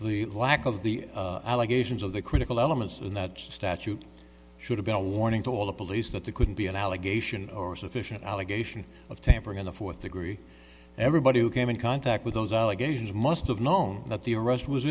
the lack of the allegations of the critical elements in that statute should have been a warning to all the police that they couldn't be an allegation or sufficient allegation of tampering in the fourth degree everybody who came in contact with those allegations must have known that the